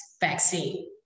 vaccine